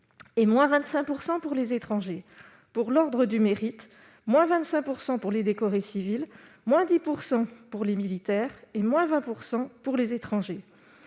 et moins 25 % pour les étrangers pour l'Ordre du mérite, moins 25 % pour les décorer civils, moins 10 % pour les militaires, et moins 20 % pour les étrangers,